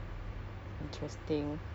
what to do